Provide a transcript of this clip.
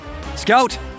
Scout